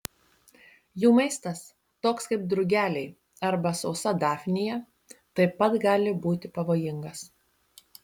jų maistas toks kaip drugeliai arba sausa dafnija taip pat gali būti pavojingas